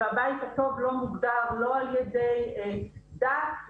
והבית הטוב לא מוגדר על-ידי דת,